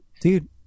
dude